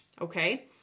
Okay